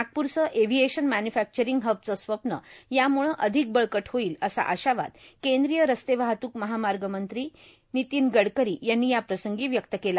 नागप्रचे aviation manufacturing हबचं स्वप्न याम्ळं अधिक बळकट होईलए असा आशावाद केंद्रीय रस्ते वाहतूकए महामार्ग मंत्री नितीन गडकरी यांनी याप्रसंगी व्यक्त केला